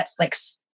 Netflix